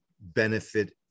benefit